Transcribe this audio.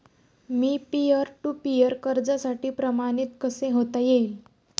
Me peer to peer कर्जासाठी प्रमाणित कसे होता येईल?